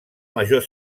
major